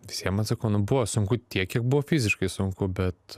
visiem atsakau nu buvo sunku tiek kiek buvo fiziškai sunku bet